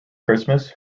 christmas